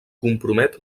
compromet